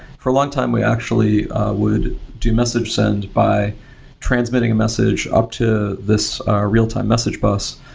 for a long time, we actually would do message send by transmitting a message up to this real-time message bus,